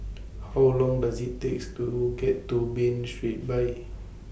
How Long Does IT takes to get to Bain Street By